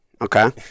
Okay